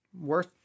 Worth